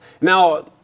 Now